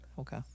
Okay